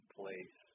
place